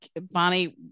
Bonnie